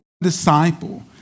disciple